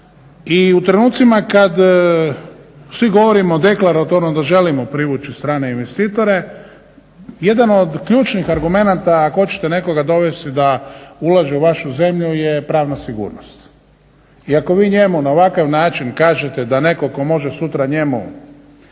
I u trenucima kad svi govorimo deklaratorno da želimo privući strane investitore jedan od ključnih argumenata ako hoćete nekoga dovesti da ulaže u vašu zemlju je pravna sigurnost. I ako vi njemu na ovakav način kažete da netko tko može sutra njemu